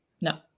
no